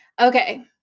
Okay